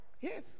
Yes